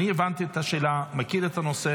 אני הבנתי את השאלה, מכיר את הנושא.